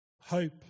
hope